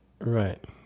Right